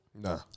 Nah